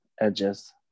edges